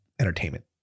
entertainment